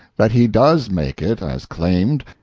that he does make it, as claimed,